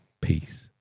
Peace